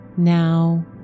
Now